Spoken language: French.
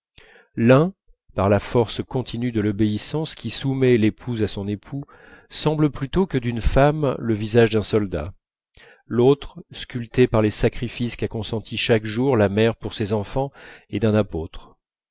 l'un par la force continue de l'obéissance qui soumet l'épouse à son époux semble plutôt que d'une femme le visage d'un soldat l'autre sculpté par les sacrifices qu'a consentis chaque jour la mère pour ses enfants est d'un apôtre